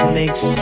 makes